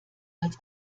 als